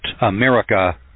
America